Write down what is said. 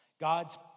God's